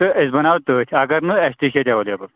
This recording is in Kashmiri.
تہٕ أسۍ بَناو تٔتھۍ اگر نہٕ اَسہِ تہِ چھِ ییٚتہِ ایٚویلیبُل